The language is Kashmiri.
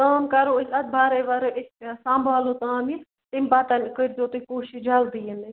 تام کَرو أسۍ اَتھ بَرٲے وَرٲے أسۍ سَمبالو تام یہِ تَمہِ پَتہٕ کٔرۍ زیٚو تُہۍ کوٗشِش جلدی یِنٕے